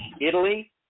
Italy